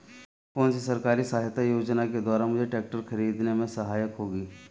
कौनसी सरकारी सहायता योजना के द्वारा मुझे ट्रैक्टर खरीदने में सहायक होगी?